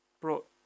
brought